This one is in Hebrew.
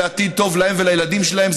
ועתיד טוב להם ולילדים שלהם,